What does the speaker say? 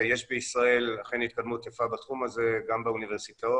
ויש בישראל אכן התקדמות יפה בתחום הזה גם באוניברסיטאות,